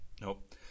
Nope